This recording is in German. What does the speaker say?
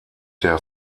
der